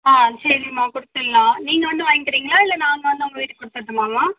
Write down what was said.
ஆ சரிமா கொடுத்துட்லாம் நீங்கள் வந்து வாங்கிகிறீங்களா இல்லை நாங்கள் வந்து உங்க வீட்டுக்கு கொடுத்துட்டுமாம்மா